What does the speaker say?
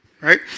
right